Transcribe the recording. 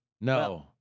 no